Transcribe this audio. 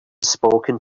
spoken